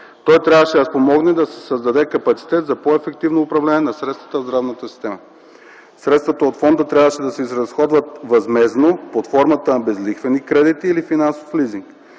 Той трябваше да помогне да се създаде капацитет за по-ефективно управление на средствата в здравната система. Средствата от фонда трябваше да се изразходват възмездно под формата на безлихвени кредити или финансов лизинг.